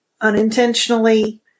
unintentionally